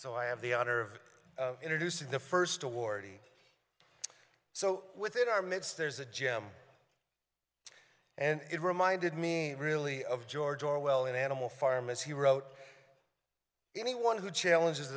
so i have the honor of introducing the first award so within our midst there's a gem and it reminded me really of george orwell in animal farm as he wrote anyone who challenges